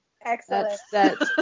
Excellent